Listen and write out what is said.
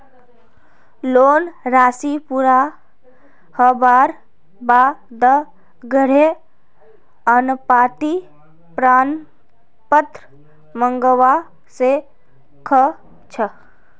loan राशि पूरा हबार बा द ग्राहक अनापत्ति प्रमाण पत्र मंगवा स ख छ